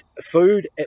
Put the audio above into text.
food